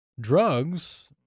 drugs